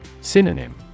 Synonym